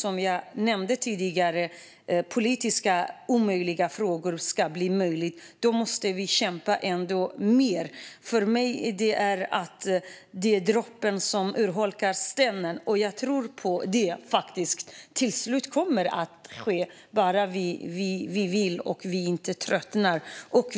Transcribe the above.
Om de politiskt omöjliga frågorna ska bli möjliga måste vi kämpa ännu mer. För mig handlar det om droppen som urholkar stenen. Jag tror på detta. Till slut kommer det att ske, bara vi vill och inte tröttnar.